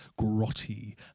grotty